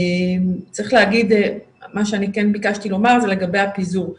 צריך להגיד מה שאני כן ביקשתי לומר לגבי הפיזור.